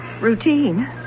Routine